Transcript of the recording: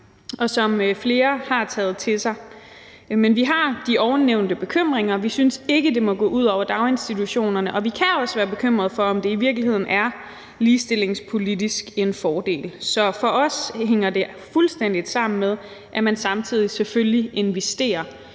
og som flere har taget til sig. Men vi har de ovennævnte bekymringer. Vi synes ikke, det må gå ud over daginstitutionerne, og vi kan også være bekymret for, om det i virkeligheden ligestillingspolitisk er en fordel. Så for os hænger det fuldstændig sammen med, at man samtidig selvfølgelig investerer